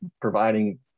providing